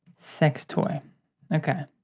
sex toy ok.